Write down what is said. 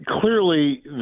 Clearly